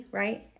right